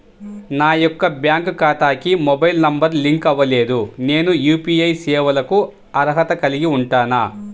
నా యొక్క బ్యాంక్ ఖాతాకి మొబైల్ నంబర్ లింక్ అవ్వలేదు నేను యూ.పీ.ఐ సేవలకు అర్హత కలిగి ఉంటానా?